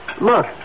Look